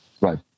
right